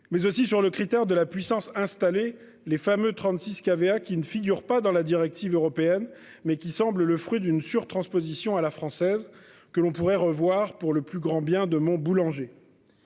Mais aussi sur le critère de la puissance installée, les fameux 36 qui avait à qui ne figure pas dans la directive européenne mais qui semble le fruit d'une sur-transposition à la française que l'on pourrait revoir pour le plus grand bien de mon boulanger.--